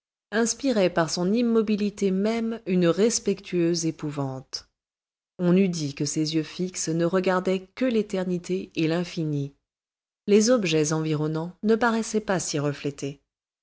inspirait par son immobilité même une respectueuse épouvante on eût dit que ces yeux fixes ne regardaient que l'éternité et l'infini les objets environnants ne paraissaient pas s'y refléter